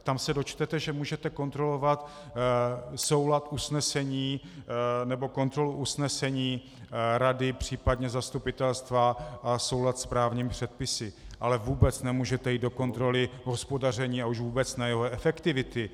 Tam se dočtete, že můžete kontrolovat soulad usnesení nebo kontrolu usnesení rady, případně zastupitelstva, soulad s právními předpisy, ale vůbec nemůžete jít do kontroly hospodaření a už vůbec ne jeho efektivity.